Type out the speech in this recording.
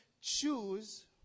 choose